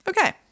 Okay